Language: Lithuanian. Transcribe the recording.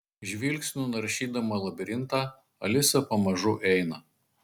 žvilgsniu naršydama labirintą alisa pamažu eina